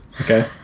Okay